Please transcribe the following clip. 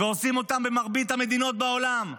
ועושים אותם במרבית המדינות בעולם,